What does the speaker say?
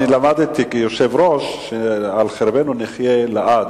אני למדתי, כיושב-ראש, שעל חרבנו נחיה לעד.